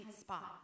spot